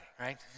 right